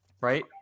Right